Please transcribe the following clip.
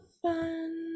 fun